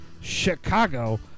Chicago